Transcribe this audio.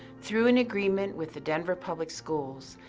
through an agreement with the denver public schools,